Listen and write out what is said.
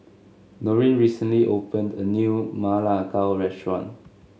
Noreen recently opened a new Ma Lai Gao restaurant